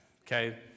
Okay